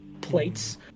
plates